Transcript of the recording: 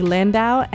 Landau